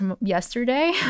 yesterday